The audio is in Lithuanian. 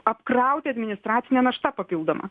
apkrauti administracine našta papildoma